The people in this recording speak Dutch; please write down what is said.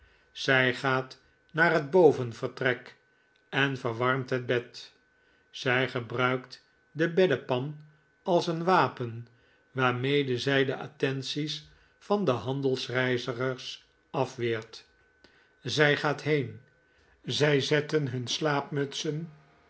zij gaat naar het bovenvertrek en verwarmt het bed zij gebruikt de beddepan als een wapen waarmede zij de attenties van de handelsreizigers afweert zij gaat heen zij zetten hun